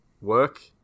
work